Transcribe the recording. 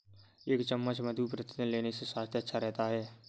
एक चम्मच मधु प्रतिदिन लेने से स्वास्थ्य अच्छा रहता है